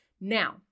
Now